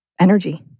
energy